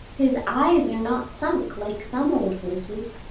his eyes are not sunk like some old horses.